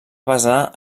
basar